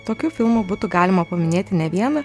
tokių filmų būtų galima paminėti ne vieną